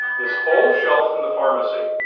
this whole shelf in the pharmacy,